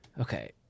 Okay